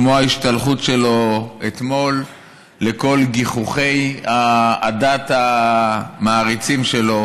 כמו ההשתלחות שלו אתמול לקול גיחוכי עדת המעריצים שלו